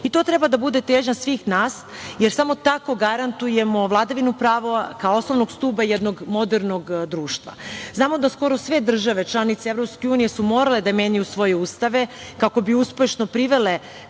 To treba da bude težnja svih nas, jer samo tako garantujemo vladavinu prava kao osnovnog stuba jednog modernog društva. Znamo da skoro sve države članice Evropske unije su morale da menjaju svoje ustave kako bi uspešno privele